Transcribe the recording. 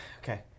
Okay